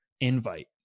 invite